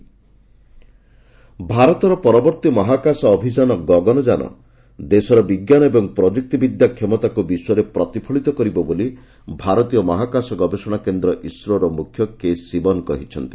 କେ ଶିବନ ଭାରତର ପରବର୍ତୀ ମହାକାଶ ଅଭିଯାନ ଗଗନ ଯାନ ଦେଶର ବିଙ୍କାନ ଏବଂ ପ୍ରଯୁକ୍ତି ବିଦ୍ୟା କ୍ଷମତାକୁ ବିଶ୍ୱରେ ପ୍ରତିଫଳିତ କରିବ ବୋଲି ଭାରତୀୟ ମହାକାଶ ଗବେଷଣା କେନ୍ଦ୍ର ଇସ୍ରୋର ମୁଖ୍ୟ କେ ଶିବନ କହିଛନ୍ତି